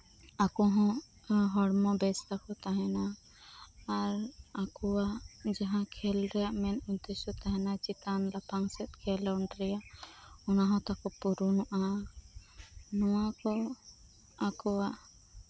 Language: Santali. ᱟᱠᱚ ᱦᱚᱸ ᱦᱚᱲᱢᱚ ᱵᱮᱥ ᱛᱟᱠᱚ ᱛᱟᱦᱮᱸᱱᱟ ᱟᱨ ᱟᱠᱚᱣᱟᱜ ᱠᱷᱮᱞ ᱨᱮᱭᱟᱜ ᱡᱟᱦᱟᱸ ᱢᱮᱱ ᱩᱫᱽᱫᱮᱥᱥᱚ ᱛᱟᱦᱮᱸᱱᱟ ᱪᱮᱛᱟᱱ ᱞᱟᱯᱷᱟᱝ ᱥᱮᱱ ᱠᱷᱮᱞᱳᱸᱰ ᱨᱮᱭᱟᱝ ᱚᱱᱟ ᱦᱚᱸ ᱛᱟᱫᱚ ᱯᱩᱨᱚᱱᱚᱜᱼᱟ ᱱᱚᱣᱟ ᱠᱚ ᱟᱠᱚᱣᱟᱜ